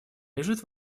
лежит